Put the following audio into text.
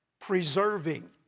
preserving